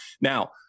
Now